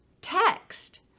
text